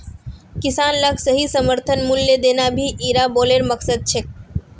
किसान लाक सही समर्थन मूल्य देना भी इरा बिलेर मकसद छे